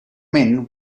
men